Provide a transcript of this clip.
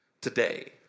today